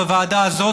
בוועדה הזאת,